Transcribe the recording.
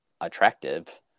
attractive